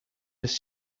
his